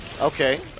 Okay